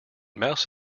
mouse